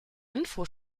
info